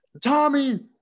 Tommy